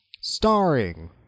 starring